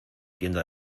tienda